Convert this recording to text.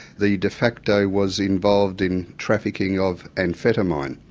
the de facto was involved in trafficking of amphetamine.